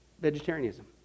vegetarianism